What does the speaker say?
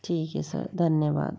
ठीक है सर धन्यवाद